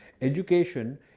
Education